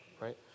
right